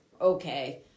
Okay